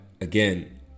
Again